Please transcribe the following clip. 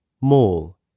Mall